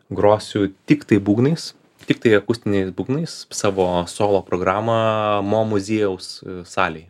grosiu tiktai būgnais tiktai akustiniais būgnais savo solo programą mo muziejaus salėje